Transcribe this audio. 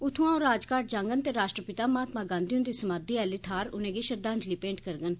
उत्थुआं ओ राजघाट जांगन ते राश्ट्रपिता महात्मा गांधी हुंदी समाधी आली थाहर उनेंगी श्रद्दांजलि भेंट करगंन